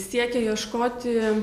siekė ieškoti